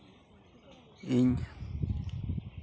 ᱤᱧ